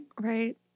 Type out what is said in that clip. Right